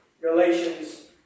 Galatians